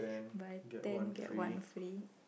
but then get one free